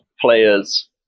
players